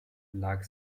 lag